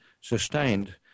sustained